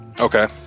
Okay